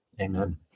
Amen